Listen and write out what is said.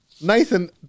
Nathan